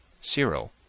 Cyril